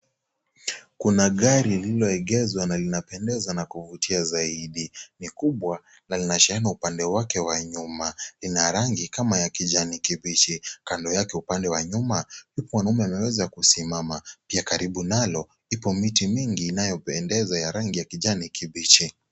Kuna gari liloegezwa na linapendeza na kuvutia zaidi ni kubwa na lina shehena upande wake wa nyuma lina rangi kama ya kijani kibichi kando yake upande wa nyuma huku mwanaume ameweza kusimama pia karibu nalo ndipo miti mingi inayopendeza ya rangi ya kijani kibichi.